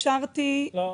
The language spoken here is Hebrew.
לא.